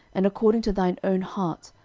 and according to thine own heart,